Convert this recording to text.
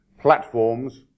platforms